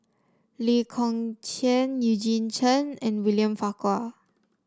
Lee Kong Chian Eugene Chen and William Farquhar